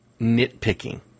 nitpicking